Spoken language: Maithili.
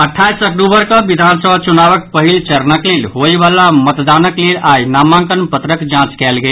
अट्ठाईस अक्टूबर कऽ विधानसभा चुनावक पहिल चरणक लेल होबयवला मतदानक लेल आई नामांकन पत्रक जांच कयल गेल